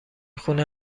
خونه